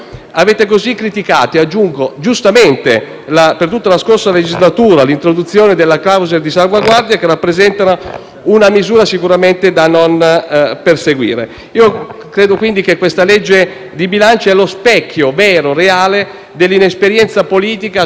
una misura sicuramente da non perseguire. Credo quindi che la legge di bilancio al nostro esame sia lo specchio vero e reale dell'inesperienza politica di questo Governo, impostata - non dimentichiamolo - su due capisaldi: da una parte il reddito di cittadinanza e dall'altra parte